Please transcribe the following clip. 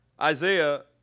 Isaiah